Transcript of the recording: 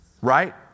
Right